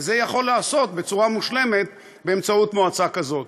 וזה יכול להיעשות בצורה מושלמת באמצעות מועצה כזאת.